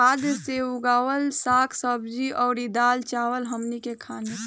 खाद से उगावल साग सब्जी अउर दाल चावल हमनी के खानी